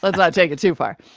let's not take it too far.